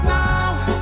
now